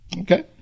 Okay